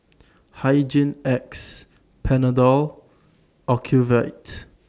Hygin X Panadol Ocuvite